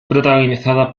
protagonizada